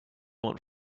one